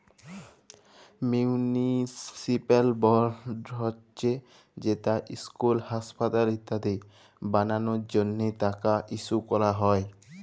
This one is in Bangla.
মিউলিসিপ্যাল বল্ড হছে যেট ইসকুল, হাঁসপাতাল ইত্যাদি বালালর জ্যনহে টাকা ইস্যু ক্যরা হ্যয়